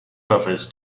brothers